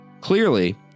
Clearly